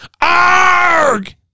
ARG